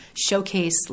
showcase